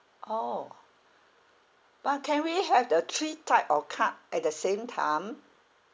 orh but can we have the three type of card at the same time